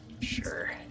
sure